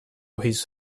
his